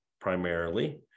primarily